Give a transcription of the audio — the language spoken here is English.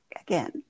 again